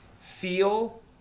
feel